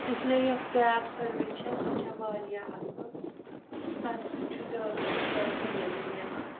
اِسلیے یۄس cab service چھےٚ سۄ چھےٚ واریاہ اَصٕل تَمہِ سۭتۍ چھُ زیادٕ کھۄتہٕ زیادٕ فٲیدٕ ملان